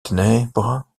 ténèbres